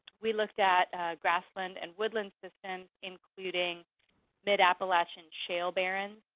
we looked at grassland and woodland systems, including midappalachian shale barrens.